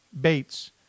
Bates